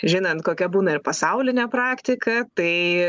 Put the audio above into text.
žinant kokia būna ir pasaulinė praktika tai